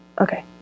Okay